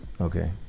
Okay